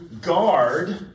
guard